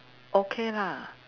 okay lah